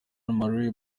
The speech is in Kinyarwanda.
marley